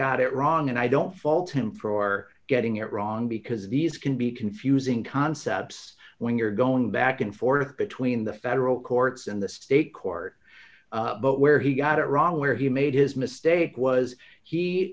burghardt it wrong and i don't fault him for getting it wrong because these can be confusing concepts when you're going back and forth between the federal courts and the state court but where he got it wrong where he made his mistake was he